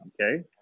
Okay